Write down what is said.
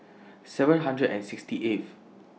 seven hundred and sixty eighth